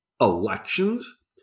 elections